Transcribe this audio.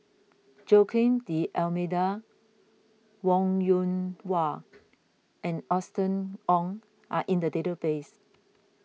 Joaquim D'Almeida Wong Yoon Wah and Austen Ong are in the database